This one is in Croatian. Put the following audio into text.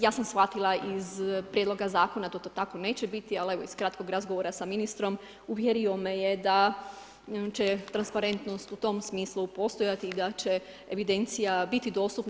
Ja sam shvatila iz Prijedloga zakona da to tako neće biti, ali evo iz kratkog razgovora sa ministrom uvjerio me je da će transparentnost u tom smislu postojati i da će evidencija biti dostupna.